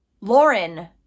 lauren